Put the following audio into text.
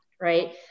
right